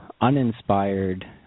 uninspired